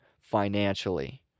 financially